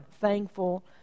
thankful